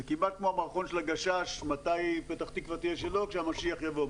זה כמעט כמו במערכון של הגשש מתי פתח תקווה תהיה שלו כשהמשיח יבוא,